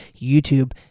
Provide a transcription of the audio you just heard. YouTube